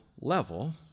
level